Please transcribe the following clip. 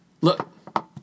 Look